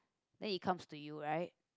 then it comes to you right